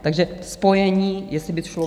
Takže spojení, jestli by šlo.